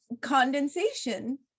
condensation